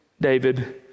David